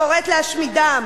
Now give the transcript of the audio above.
קוראת להשמידם.